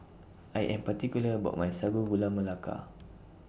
I Am particular about My Sago Gula Melaka